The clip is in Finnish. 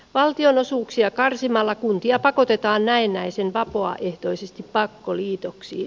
valtionosuuksia karsimalla kuntia pakotetaan näennäisen vapaaehtoisesti pakkoliitoksiin